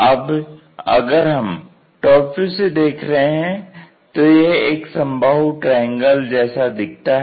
अब अगर हम टॉप व्यू से देख रहे हैं तो यह एक समबाहु ट्रायंगल जैसा दिखता है